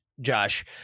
Josh